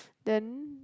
then